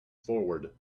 forward